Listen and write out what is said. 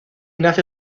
nace